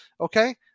Okay